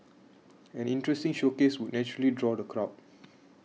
an interesting showcase would naturally draw the crowd